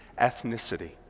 ethnicity